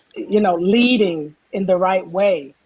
you know, leading in the right way.